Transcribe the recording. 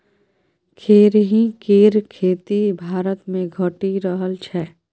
खेरही केर खेती भारतमे घटि रहल छै